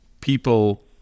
people